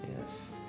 yes